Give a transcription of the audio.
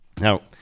Now